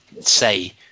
say